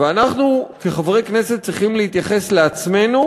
ואנחנו כחברי כנסת צריכים להתייחס לעצמנו